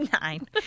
nine